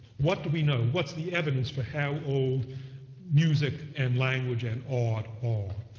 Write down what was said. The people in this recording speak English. what do we know? what's the evidence for how old music and language and art are?